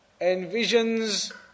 envisions